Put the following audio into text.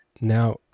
Now